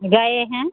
गए हैं